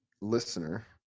listener